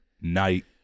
night